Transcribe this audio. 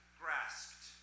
grasped